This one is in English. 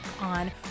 on